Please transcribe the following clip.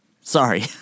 sorry